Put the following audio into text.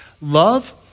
Love